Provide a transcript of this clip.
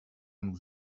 nous